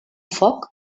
foc